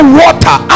water